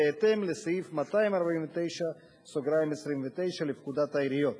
בהתאם לסעיף 249(29) לפקודת העיריות.